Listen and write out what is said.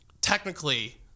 technically